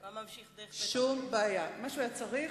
מה שהוא היה צריך,